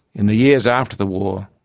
in the years after the war,